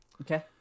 Okay